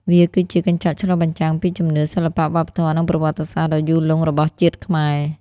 វាគឺជា កញ្ចក់ឆ្លុះបញ្ចាំងពីជំនឿ សិល្បៈ វប្បធម៌ និងប្រវត្តិសាស្ត្រ ដ៏យូរលង់របស់ជាតិខ្មែរ។